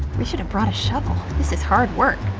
we should've brought a shovel. this is hard work.